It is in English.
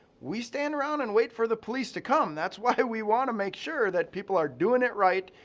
we stand around and wait for the police to come. that's why we want to make sure that people are doing it right.